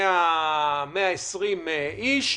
אנשים.